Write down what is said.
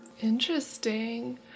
Interesting